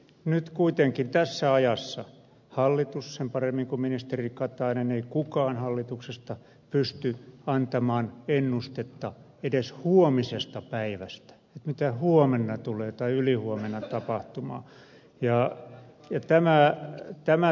nyt kuitenkin tässä ajassa hallitus sen paremmin kuin ministeri katainen tai kukaan hallituksesta pysty antamaan ennustetta edes huomisesta päivästä mitä huomenna tai ylihuomenna tulee tapahtumaan